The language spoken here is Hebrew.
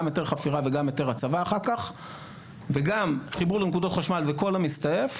גם היתר חפירה וגם היתר הצבה אחר כך וגם חיבור לנקודות חשמל וכל המסתעף,